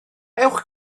ewch